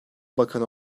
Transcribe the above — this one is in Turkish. bakanı